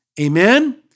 Amen